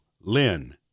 Lynn